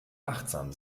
achtsam